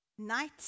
Night